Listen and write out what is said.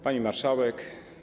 Pani Marszałek!